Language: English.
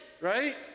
right